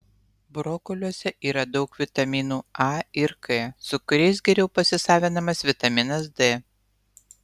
brokoliuose yra daug vitaminų a ir k su kuriais geriau pasisavinamas vitaminas d